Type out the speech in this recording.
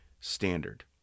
standard